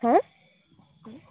হা